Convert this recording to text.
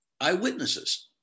Eyewitnesses